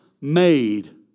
made